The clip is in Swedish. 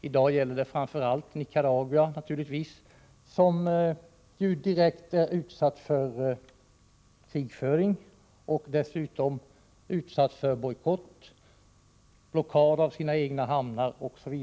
I dag gäller det framför allt Nicaragua, som är utsatt för direkt krigföring och dessutom för bojkott och blockad av sina egna hamnar.